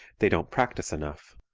they don't practice enough.